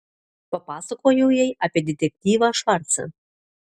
papasakojau jai apie detektyvą švarcą